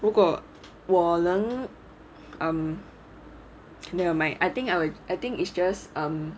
如果我能 um you know my I think I I think it's just